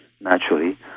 Naturally